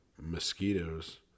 mosquitoes